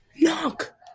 Knock